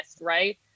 Right